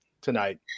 tonight